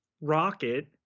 Rocket